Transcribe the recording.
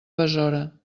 besora